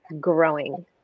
growing